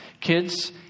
kids